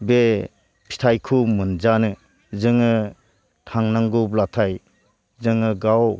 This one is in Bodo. बे फिथाइखौ मोनजानो जोङो थांनांगौब्लाथाय जोङो गाव